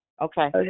Okay